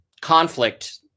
conflict